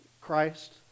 Christ